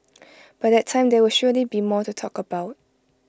by that time there will surely be more to talk about